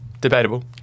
debatable